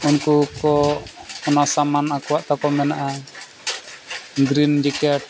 ᱩᱱᱠᱩ ᱠᱚ ᱚᱱᱟ ᱥᱟᱢᱟᱱ ᱟᱠᱚᱣᱟᱜ ᱛᱟᱠᱚ ᱢᱮᱱᱟᱜᱼᱟ ᱜᱨᱤᱱ ᱡᱤᱠᱮᱴ